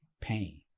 Pain